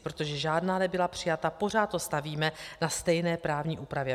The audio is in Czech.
Protože žádná nebyla přijata, pořád to stavíme na stejné právně úpravě.